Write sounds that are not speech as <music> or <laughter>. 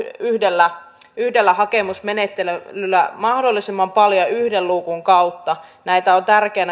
yhdellä yhdellä hakemusmenettelyllä mahdollisimman paljon yhden luukun kautta näitä prosesseja on tärkeää <unintelligible>